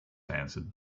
answered